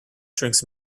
drinks